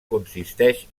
consisteix